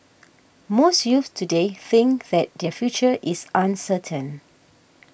most youths today think that their future is uncertain